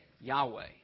Yahweh